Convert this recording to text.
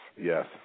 yes